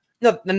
No